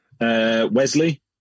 Wesley